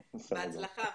בהצלחה.